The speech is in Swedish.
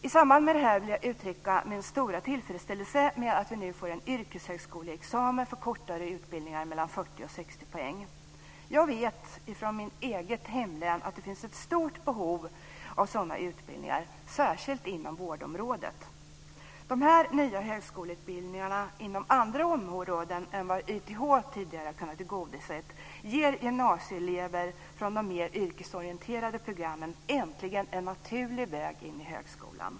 I samband med detta vill jag uttrycka min stora tillfredsställelse över att vi nu får en yrkeshögskoleexamen för kortare utbildningar på 40-60 poäng. Från mitt hemlän vet jag att det finns ett stort behov av sådana utbildningar, särskilt inom vårdområdet. De här nya högskoleutbildningarna inom andra områden än de som YTH har kunnat tillgodose ger gymnasieelever från de mer yrkesorienterade programmen äntligen en naturlig väg in i högskolan.